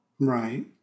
Right